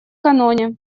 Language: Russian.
каноне